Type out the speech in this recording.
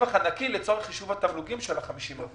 מהרווח הנקי לצורך חישוב התמלוגים של ה-50%.